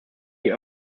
die